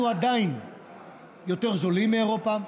אנחנו עדיין יותר זולים מאירופה,